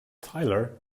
tyler